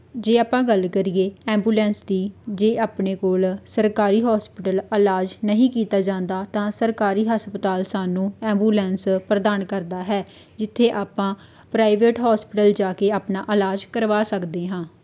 ਜੇ ਆਪਾਂ ਗੱਲ ਕਰੀਏ ਐਂਬੂਲੈਂਸ ਦੀ ਜੇ ਆਪਣੇ ਕੋਲ ਸਰਕਾਰੀ ਹੋਸਪਿਟਲ ਇਲਾਜ ਨਹੀਂ ਕੀਤਾ ਜਾਂਦਾ ਤਾਂ ਸਰਕਾਰੀ ਹਸਪਤਾਲ ਸਾਨੂੰ ਐਂਬੂਲੈਂਸ ਪ੍ਰਦਾਨ ਕਰਦਾ ਹੈ ਜਿੱਥੇ ਆਪਾਂ ਪ੍ਰਾਈਵੇਟ ਹੋਸਪਿਟਲ ਜਾ ਕੇ ਆਪਣਾ ਇਲਾਜ ਕਰਵਾ ਸਕਦੇ ਹਾਂ